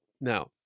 Now